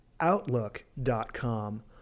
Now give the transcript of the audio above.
outlook.com